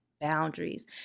boundaries